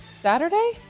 Saturday